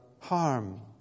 harm